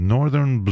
Northern